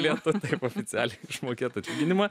lietuva oficialiai išmokėtų atlyginimą